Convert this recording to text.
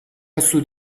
سود